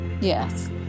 yes